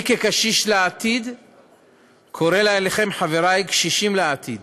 אני כקשיש לעתיד קורא אליכם, חברי קשישים לעתיד: